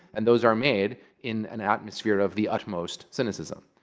and those are made in an atmosphere of the utmost cynicism.